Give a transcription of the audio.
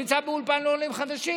הוא נמצא באולפן לעולים חדשים,